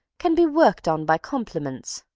can be worked on by compliments.